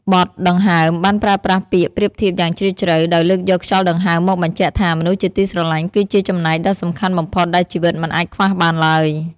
បទ "ដង្ហើម" បានប្រើប្រាស់ពាក្យប្រៀបធៀបយ៉ាងជ្រាលជ្រៅ ដោយលើកយកខ្យល់ដង្ហើមមកបញ្ជាក់ថា មនុស្សជាទីស្រឡាញ់គឺជាចំណែកដ៏សំខាន់បំផុតដែលជីវិតមិនអាចខ្វះបានឡើយ។